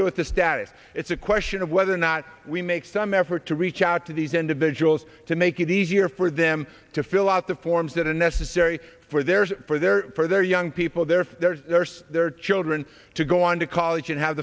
do with the status it's a question of whether or not we make some effort to reach out to these individuals to make it easier for them to fill out the forms that are necessary for their for their for their young people there for their children to go on to college and have